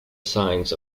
signs